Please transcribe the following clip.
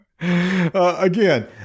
Again